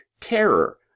terror